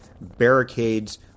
barricades